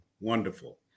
wonderful